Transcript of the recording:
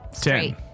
Ten